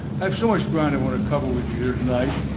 i have so much ground i want to cover with you here tonight,